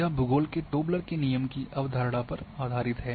यह भूगोल के टोबलर के नियम की अवधारणा पर आधारित है